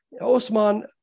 Osman